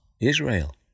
Israel